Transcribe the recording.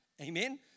Amen